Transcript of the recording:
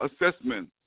assessment